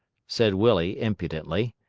said willie, impudently.